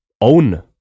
own